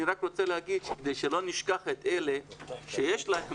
אני רק רוצה לומר שלא נשכח את אלה שיש להם